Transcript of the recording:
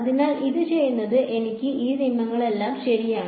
അതിനാൽ അത് ചെയ്യുന്നത് എനിക്ക് ഈ നിയമങ്ങളെല്ലാം ശരിയാണ്